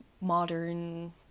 modern